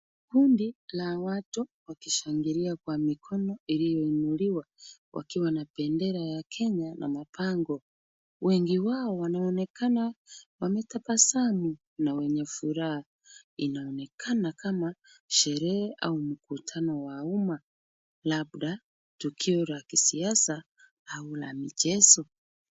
Kundi la watu wakishangilia kwa mkono iliyoinuliwa, wakiwa na bendera ya Kenya na mabango. Wengi wao wanaonekana wametabasamu na wenye furaha. Inaonekana kama sherehe au mkutano wa uma, labda tukio la kisiasa au la michezo.